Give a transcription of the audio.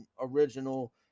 original